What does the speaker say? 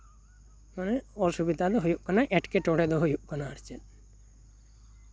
ᱢᱟᱱᱮ ᱚᱥᱩᱵᱤᱫᱟ ᱫᱚ ᱦᱩᱭᱩᱜ ᱠᱟᱱᱟ ᱮᱴᱠᱮᱴᱚᱬᱮ ᱫᱚ ᱦᱩᱭᱩᱜ ᱠᱟᱱᱟ ᱟᱨ ᱪᱮᱫ